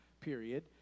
period